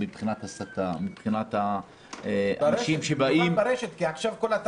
אחר בהצעה שחברת הכנסת פרידמן הניחה עכשיו על שולחן הכנסת.